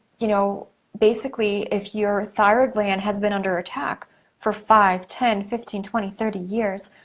you know basically, if your thyroid gland has been under attack for five, ten, fifteen, twenty, thirty years,